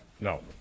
No